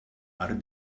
are